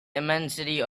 immensity